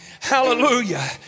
hallelujah